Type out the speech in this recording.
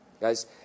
Guys